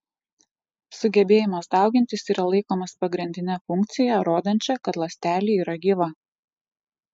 sugebėjimas daugintis yra laikomas pagrindine funkcija rodančia kad ląstelė yra gyva